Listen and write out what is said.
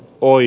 oli